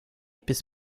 bis